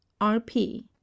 rp